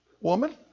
woman